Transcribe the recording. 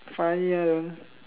funny ah that one